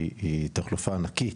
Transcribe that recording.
היא תחלופה ענקית,